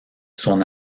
son